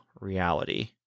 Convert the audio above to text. reality